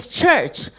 church